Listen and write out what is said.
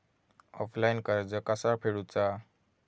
Offline कर्ज कसा फेडूचा?